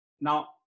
Now